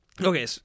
Okay